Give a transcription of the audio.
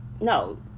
no